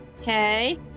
Okay